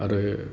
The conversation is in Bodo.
आरो